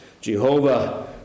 Jehovah